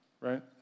right